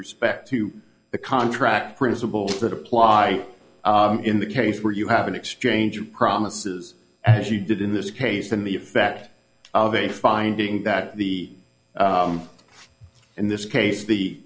respect to the contract principles that apply in the case where you have an exchange of promises as you did in this case than the effect of a finding that the in this case the